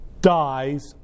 dies